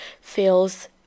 feels